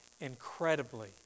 incredibly